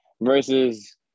versus